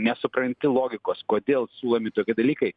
nesupranti logikos kodėl siūlomi tokie dalykai